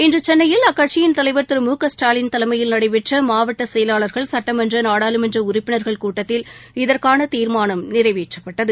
இன்று சென்னையில் அக்கட்சியின் தலைவர் திரு மு க ஸ்டாலின் தலைமையில் நடைபெற்ற மாவட்ட செயலாளர்கள் சட்டமன்ற நாடாளுமன்ற உறுப்பினர்கள் கூட்டத்தில் இதற்கான தீர்மானம் நிறைவேற்றப்பட்டது